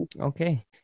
Okay